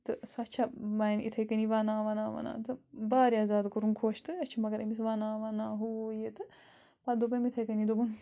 تہٕ سۄ چھےٚ وۄنۍ یِتھَے کٔنی وَنان وَنان وَنان تہٕ واریاہ زیادٕ کوٚرُن خۄش تہٕ أسۍ چھِ مگر أمِس وَنان وَنان ہُہ یہِ تہٕ پَتہٕ دوٚپ أمۍ یِتھَے کٔنی دوٚپُن